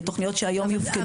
לתוכניות שהיום יופקדו.